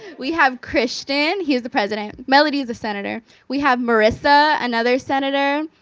we have christian, he's the president. melanie is the senator, we have marissa, another senator.